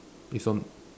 is on